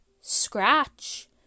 scratch